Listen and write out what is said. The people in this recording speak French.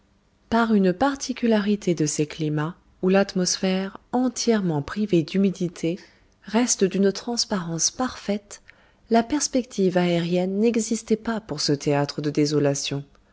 par une particularité de ces climats où l'atmosphère entièrement privée d'humidité reste d'une transparence parfaite la perspective aérienne n'existait pas pour ce théâtre de désolation